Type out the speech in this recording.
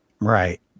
Right